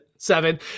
Seven